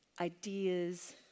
ideas